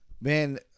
Man